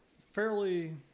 fairly